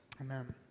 Amen